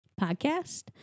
podcast